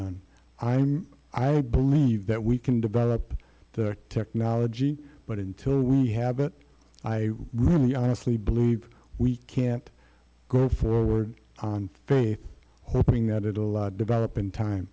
mean i believe that we can develop the technology but until we have it i really honestly believe we can't go forward on faith hoping that it will develop in time